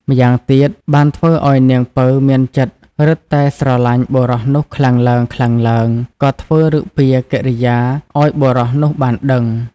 ម្យ៉ាងទៀតបានធ្វើឲ្យនាងពៅមានចិត្តរឹតតែស្រឡាញ់បុរសនោះខ្លាំងឡើងៗ ក៏ធ្វើឫកពាកិរិយាឲ្យបុរសនោះបានដឹង។